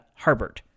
Harbert